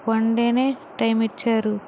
one డేనే time ఇచ్చారు